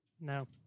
No